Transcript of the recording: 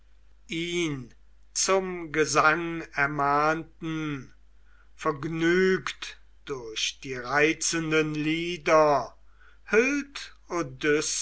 ihn zum gesang ermahnten vergnügt durch die reizenden lieder